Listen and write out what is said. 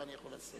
מה אני יכול לעשות?